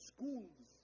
Schools